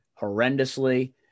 horrendously